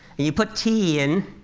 you put tea in,